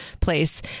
place